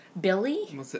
Billy